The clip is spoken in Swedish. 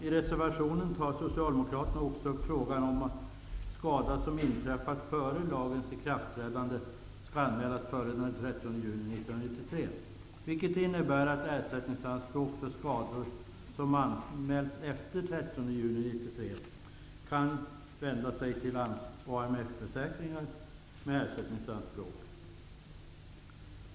I reservationen tar socialdemokraterna även upp frågan om att skada som inträffat före lagens ikraftträdande skall anmälas före den 30 juni 1993, vilket innebär att man för skador som anmäls efter den 30 juni 1993 kan vända sig till AMF försäkringar med ersättningsanspråk.